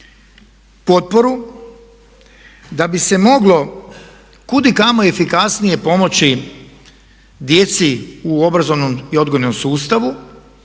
potporu da bi se moglo kudikamo efikasnije pomoći djeci u obrazovnom i odgojnom sustavu,